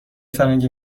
فرنگی